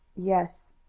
yes.